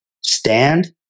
stand